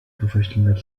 professional